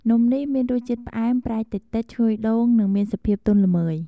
នំនេះមានរសជាតិផ្អែម ប្រៃតិចៗ ឈ្ងុយដូង និងមានសភាពទន់ល្មើយ។